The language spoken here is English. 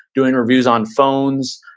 doing reviews on phones,